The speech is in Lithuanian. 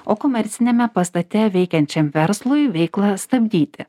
o komerciniame pastate veikiančiam verslui veiklą stabdyti